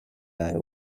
eye